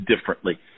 differently